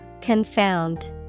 Confound